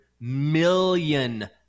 million